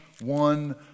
one